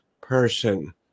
person